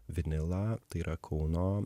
vinilą tai yra kauno